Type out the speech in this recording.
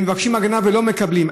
והם מבקשים הגנה ולא מקבלים.